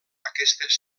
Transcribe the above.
aquestes